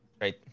Right